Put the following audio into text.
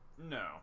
no